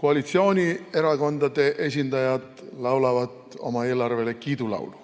koalitsioonierakondade esindajad laulavad oma eelarvele kiidulaulu.